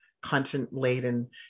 content-laden